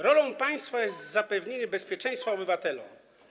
Rolą państwa jest zapewnienie bezpieczeństwa obywatelom.